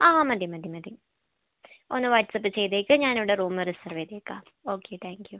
ആ മതി മതി മതി ഒന്ന് വാട്സപ്പ് ചെയ്തേക്ക് ഞാനിവിടെ റൂം റിസർവ് ചെയ്തേക്കാം ഓക്കെ താങ്ക് യൂ